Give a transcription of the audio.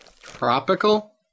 Tropical